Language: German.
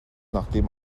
nachdem